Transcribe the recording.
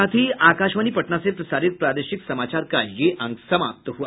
इसके साथ ही आकाशवाणी पटना से प्रसारित प्रादेशिक समाचार का ये अंक समाप्त हुआ